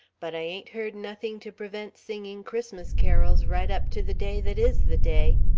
but i ain't heard nothing to prevent singing christmas carols right up to the day that is the day.